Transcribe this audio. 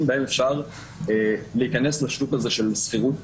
שבהם אפשר להיכנס לשוק הזה של השכירות.